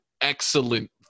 excellent